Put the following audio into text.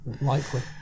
Likely